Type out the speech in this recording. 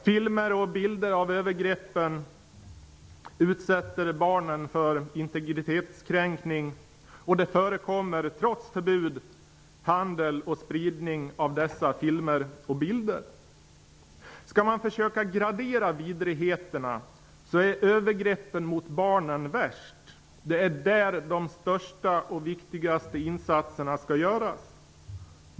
Filmer och bilder av övergreppen utsätter barnen för integritetskränkningar, och det förekommer trots förbud handel med och spridning av dessa filmer och bilder. Försöker man gradera olika vidrigheter finner man att det är övergreppen mot barnen som är de värsta. Det är i det sammanhanget som de största och viktigaste insatserna skall göras.